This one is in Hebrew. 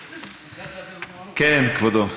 אני שמח שגם ידידנו אלי אלאלוף, זה מסמל את שתי